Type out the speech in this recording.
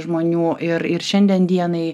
žmonių ir ir šiandien dienai